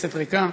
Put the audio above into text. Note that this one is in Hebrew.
הכנסת ריקה,